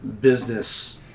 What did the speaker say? business